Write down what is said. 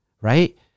Right